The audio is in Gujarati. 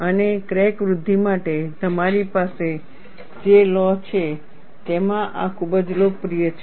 અને ક્રેક વૃદ્ધિ માટે તમારી પાસે જે લૉ છે તેમાં આ ખૂબ જ લોકપ્રિય છે